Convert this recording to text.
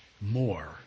more